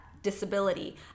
disability